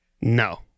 No